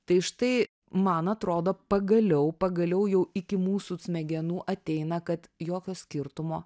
tai štai man atrodo pagaliau pagaliau jau iki mūsų smegenų ateina kad jokio skirtumo